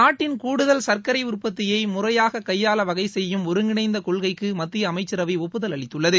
நாட்டின் கூடுதல் சர்க்கரை உற்பத்தியை முறையாக கையாள வகைசெய்யும் ஒருங்கிணைந்த கொள்கைக்கு மத்திய அமைச்சரவை ஒப்புதல் அளித்துள்ளது